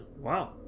wow